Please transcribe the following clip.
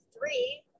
three